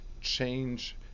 change